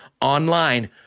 online